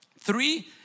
Three